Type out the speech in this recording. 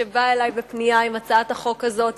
שבאה אלי בפנייה עם הצעת החוק הזאת,